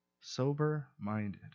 Sober-minded